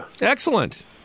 Excellent